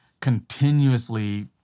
continuously